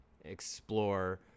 explore